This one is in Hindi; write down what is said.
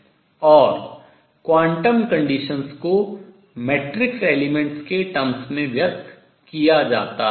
और quantum condition क्वांटम शर्त को matrix elements मैट्रिक्स तत्वों के terms पदों में व्यक्त किया जाता है